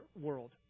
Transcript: world